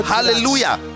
Hallelujah